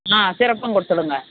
ஆ சிரப்பும் கொடுத்துடுங்க